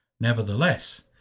Nevertheless